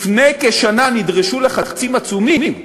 לפני כשנה נדרשו לחצים עצומים,